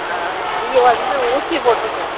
நீங்கள் வந்து ஊசி போட்டிருங்க